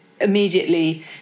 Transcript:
immediately